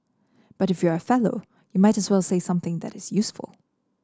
but if you are a Fellow you might as well say something that is useful